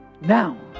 now